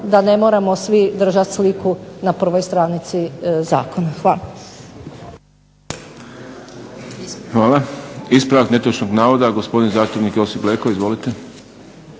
da ne moramo svi držati sliku na prvoj stranici zakona. Hvala.